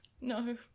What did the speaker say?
No